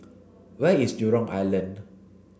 where is Jurong Island